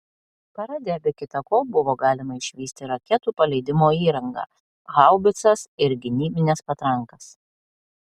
parade be kita ko buvo galima išvysti raketų paleidimo įrangą haubicas ir gynybines patrankas